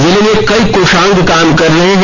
जिले में कई कोषांग काम कर रहे हैं